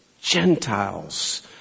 Gentiles